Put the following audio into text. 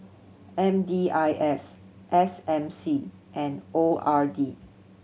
M D I S S M C and O R D